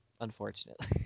Unfortunately